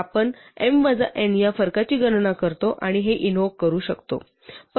आपण m वजा n या फरकाची गणना करतो आणि हे इन्व्होक करू शकतो